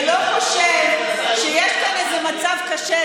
ולא חושב שיש כאן איזה מצב קשה,